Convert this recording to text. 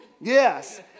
Yes